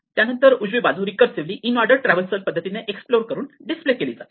त्यानंतर उजवी बाजू रीकर्सिव्हली इनऑर्डर ट्रॅव्हल्सल पद्धतीने एक्सप्लोर करून डिस्प्ले केली जाते